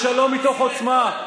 בשלום מתוך עוצמה,